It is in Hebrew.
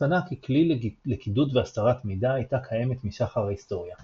הצפנה ככלי לקידוד והסתרת מידע הייתה קיימת משחר ההיסטוריה.